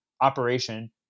operation